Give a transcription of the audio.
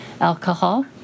alcohol